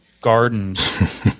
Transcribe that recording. gardens